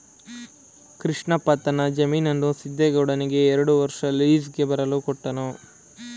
ಕೃಷ್ಣಪ್ಪ ತನ್ನ ಜಮೀನನ್ನು ಸಿದ್ದೇಗೌಡನಿಗೆ ಎರಡು ವರ್ಷ ಲೀಸ್ಗೆ ಬರಲು ಕೊಟ್ಟನು